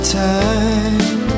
time